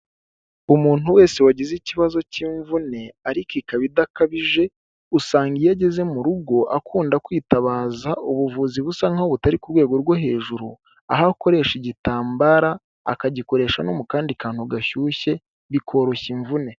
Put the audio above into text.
Umuntu wese wagize ikibazo cy'imvune ariko ikaba idakabije, usanga iyo ageze mu rugo akunda kwitabaza ubuvuzi busa nkaho butari ku rwego rwo hejuru, aho akoresha igitambara akagikoresha no mu kandi kantu gashyushye bikoroshya imvune.